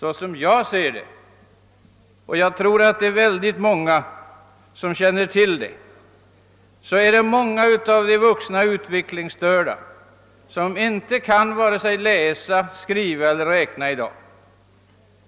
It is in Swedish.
Åtskilliga av de vuxna utvecklingsstörda kan inte — det tror jag att många känner till — vare sig läsa, skriva eller räkna.